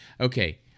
okay